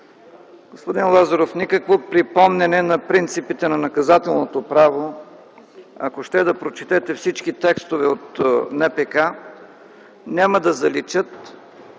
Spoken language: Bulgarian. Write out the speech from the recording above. Господин Лазаров, никакво припомняне на принципите на наказателното право – ако ще да прочетете всички текстове от НПК, няма да заличат